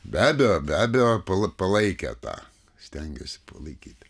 be abejo be abejo pala palaikė tą stengėsi palaikyti